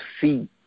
see